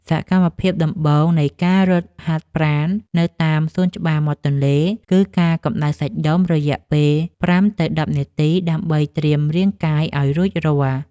សកម្មភាពដំបូងនៃការរត់ហាត់ប្រាណនៅតាមសួនច្បារមាត់ទន្លេ គឺការកម្តៅសាច់ដុំ រយៈពេល ៥ ទៅ ១០ នាទី ដើម្បីត្រៀមរាងកាយឱ្យរួចរាល់។